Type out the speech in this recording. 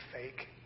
fake